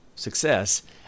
success